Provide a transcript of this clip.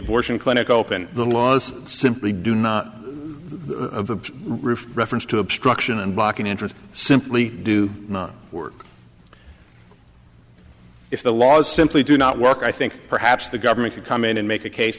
abortion clinic open the laws simply do not have a roof reference to obstruction and blocking entrance simply do not work if the laws simply do not work i think perhaps the government could come in and make a case